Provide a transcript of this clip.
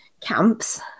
camps